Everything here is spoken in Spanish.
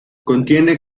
contiene